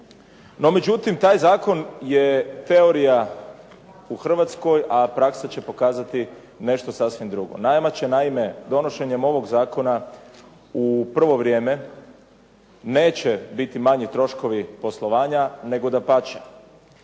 No međutim taj zakon je teorija u Hrvatskoj, a praksa će pokazati nešto sasvim drugo. Nama će naime donošenjem ovog zakona u prvo vrijeme neće biti manji troškovi poslovanja nego dapače,